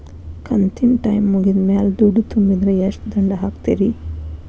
ಕಂತಿನ ಟೈಮ್ ಮುಗಿದ ಮ್ಯಾಲ್ ದುಡ್ಡು ತುಂಬಿದ್ರ, ಎಷ್ಟ ದಂಡ ಹಾಕ್ತೇರಿ?